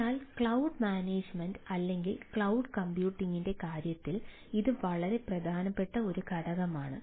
അതിനാൽ cloud management അല്ലെങ്കിൽ cloud കമ്പ്യൂട്ടിംഗിന്റെ കാര്യത്തിൽ ഇത് വളരെ പ്രധാനപ്പെട്ട ഒരു ഘടകമാണ്